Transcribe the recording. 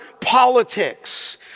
politics